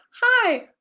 hi